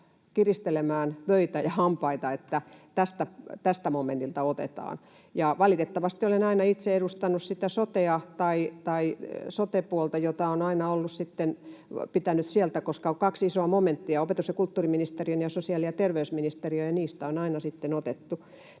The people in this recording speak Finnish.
kiristelemään vöitä ja hampaita, että tästä momentilta otetaan, ja valitettavasti olen aina itse edustanut sitä sotea tai sote-puolta, josta on aina sitten pitänyt ottaa, koska on kaksi isoa momenttia, opetus- ja kulttuuriministeriö ja sosiaali- ja terveysministeriö, ja niistä on aina sitten